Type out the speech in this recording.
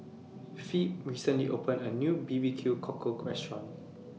Phebe recently opened A New B B Q Cockle Restaurant